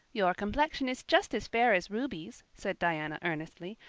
your complexion is just as fair as ruby's, said diana earnestly,